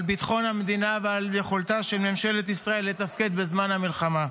ביטחון המדינה ועל יכולתה של ממשלת ישראל לתפקד בזמן המלחמה.